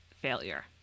failure